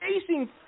facing